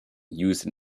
used